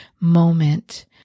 moment